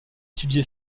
étudié